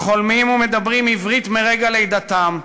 החולמים ומדברים עברית מרגע לידתם,